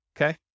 okay